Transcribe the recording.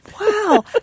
Wow